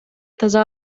таза